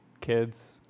kids